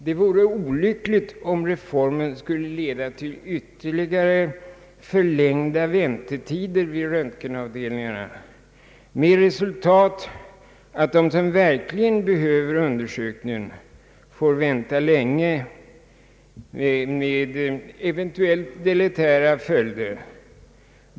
Det vore olyckligt om reformen skulle leda till ytterligare förlängda väntetider vid röntgenavdelningarna, med resultat att de som verkligen behöver undersökas får vänta länge med eventuellt deletära följder.